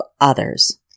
others